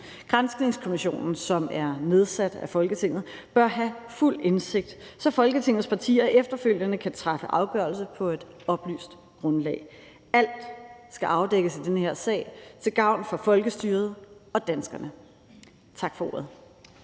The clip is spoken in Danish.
Granskningskommissionen, som er nedsat af Folketinget, bør have fuld indsigt, så Folketingets partier efterfølgende kan træffe afgørelser på et oplyst grundlag. Alt skal afdækkes i den her sag til gavn for folkestyret og danskerne. Tak for ordet.